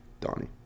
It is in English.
Donnie